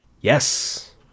Yes